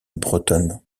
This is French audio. bretonne